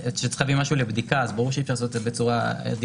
שצריך להביא משהו לבדיקה אז ברור שאי אפשר לעשות את זה בצורה דיגיטלית.